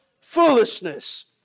foolishness